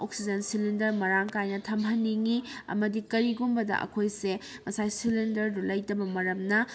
oxygen cylinder ꯃꯔꯥꯡ ꯀꯥꯏꯅ ꯊꯝꯍꯟꯅꯤꯡꯏ ꯑꯃꯗꯤ ꯀꯔꯤꯒꯨꯝꯕꯗ ꯑꯩꯈꯣꯏꯁꯦ ꯉꯁꯥꯏ ꯁꯤꯂꯤꯟꯗꯔꯗꯣ ꯂꯩꯇꯕ ꯃꯔꯝꯅ